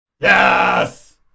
Yes